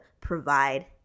provide